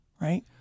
Right